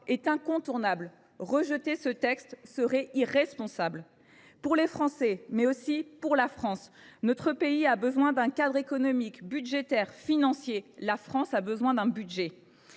est incontournable. Rejeter le texte serait irresponsable, pour les Français, mais aussi pour la France. Notre pays a besoin d’un cadre économique, budgétaire et financier. La France a besoin d’un budget.